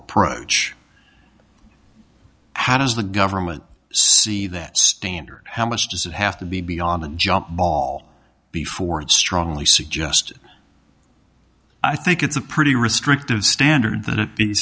approach how does the government see that standard how much does it have to be beyond a jump ball before it strongly suggested i think it's a pretty restrictive standard t